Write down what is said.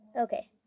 Okay